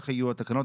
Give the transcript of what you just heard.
שככה יהיו התקנות.